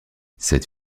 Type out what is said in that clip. cette